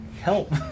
Help